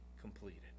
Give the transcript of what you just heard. completed